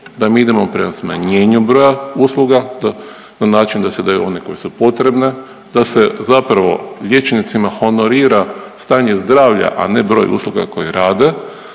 da mi idemo prema smanjenju broja usluga na način da se daju one koje su potrebne, da se zapravo liječnicima honorira stanje zdravlja, a ne broj usluga koje rade